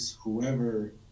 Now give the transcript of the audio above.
whoever